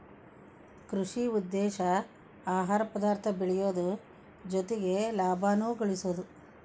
ಕೃಷಿ ಉದ್ದೇಶಾ ಆಹಾರ ಪದಾರ್ಥ ಬೆಳಿಯುದು ಜೊತಿಗೆ ಲಾಭಾನು ಗಳಸುದು